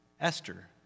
Esther